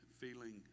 feeling